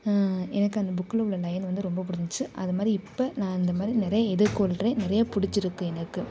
எனக்கு அந்த புக்கில் உள்ள லைன் வந்து ரொம்ப பிடிச்சிருந்துச்சு அதுமாதிரி இப்போ நான் இந்தமாதிரி நிறைய எதிர்கொள்கிறேன் நிறைய பிடிச்சிருக்கு எனக்கு